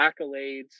accolades